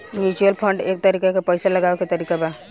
mutual fund एक तरीका के पइसा लगावे के तरीका बा